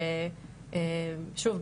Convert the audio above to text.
שוב,